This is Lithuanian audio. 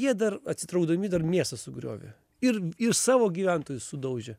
jie dar atsitraukdami dar miestą sugriovė ir ir savo gyventojus sudaužė